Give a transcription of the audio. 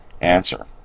Answer